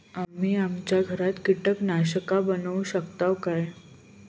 आम्ही आमच्या घरात कीटकनाशका बनवू शकताव काय?